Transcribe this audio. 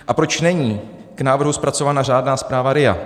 A proč není k návrhu zpracována řádná zpráva RIA?